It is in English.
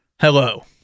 hello